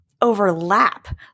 overlap